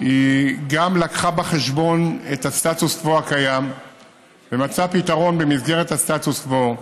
גם הביאה בחשבון את הסטטוס קוו הקיים ומצאה פתרון במסגרת הסטטוס קוו.